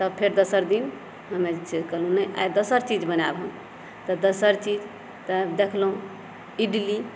तब फेर दोसर दिन हम्मे कहलहुँ नहि आइ दोसर चीज बनाबी तऽ दोसर चीज देखलहुँ इडली